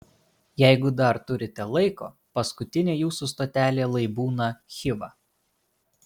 jeigu dar turite laiko paskutinė jūsų stotelė lai būna chiva